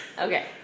Okay